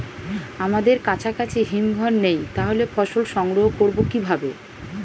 আমাদের কাছাকাছি হিমঘর নেই তাহলে ফসল সংগ্রহ করবো কিভাবে?